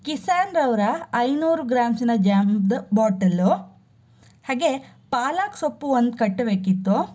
ಕಿಸಾನ್ರವರ ಐನೂರು ಗ್ರಾಮ್ಸ್ನ ಜಾಮ್ದ ಬಾಟಲ್ಲು ಹಾಗೆ ಪಾಲಕ್ ಸೊಪ್ಪು ಒಂದು ಕಟ್ಟು ಬೇಕಿತ್ತು